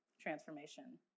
transformation